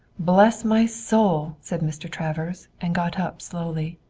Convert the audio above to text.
bless my soul! said mr. travers, and got up slowly.